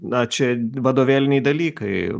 na čia vadovėliniai dalykai